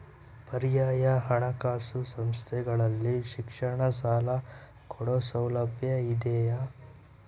ಪರ್ಯಾಯ ಹಣಕಾಸು ಸಂಸ್ಥೆಗಳಲ್ಲಿ ಶಿಕ್ಷಣ ಸಾಲ ಕೊಡೋ ಸೌಲಭ್ಯ ಇದಿಯಾ?